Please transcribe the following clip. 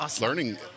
learning